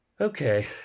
okay